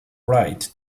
wright